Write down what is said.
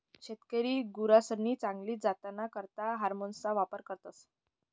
शेतकरी गुरसनी चांगली जातना करता हार्मोन्सना वापर करतस